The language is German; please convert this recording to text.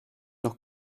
noch